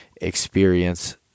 experience